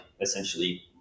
essentially